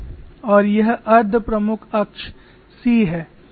और यह अर्ध प्रमुख अक्ष 'c' है अर्ध लघु अक्ष 'a' है